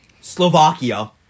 Slovakia